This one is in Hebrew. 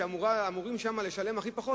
ששם אמורים לשלם הכי פחות,